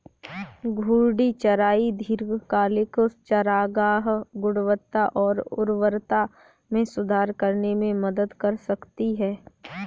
घूर्णी चराई दीर्घकालिक चारागाह गुणवत्ता और उर्वरता में सुधार करने में मदद कर सकती है